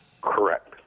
Correct